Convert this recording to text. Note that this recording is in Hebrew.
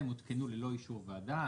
הן הותקנו ללא אישור ועדה.